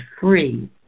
free